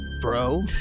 bro